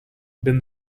been